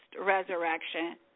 resurrection